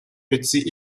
petit